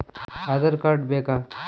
Aadhaar card ಬೇಕಾ?